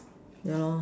yeah lor